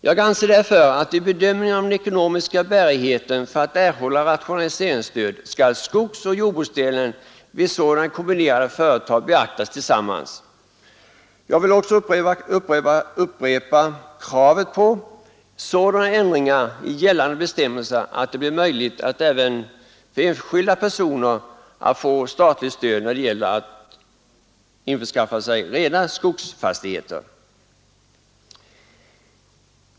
Jag anser därför att vid bedömningen av den ekonomiska bärigheten för att erhålla rationaliseringsstöd skall skogsoch jordbruksdelen vid sådana kombinerade företag beaktas tillsammans. Jag vill också upprepa kravet på sådana ändringar i gällande bestämmelser att det blir möjligt för enskilda personer att få statligt stöd för förvärv av rena skogsbruksföretag.